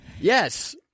Yes